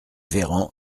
véran